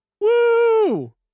Woo